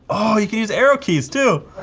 oh, you can use arrow keys too.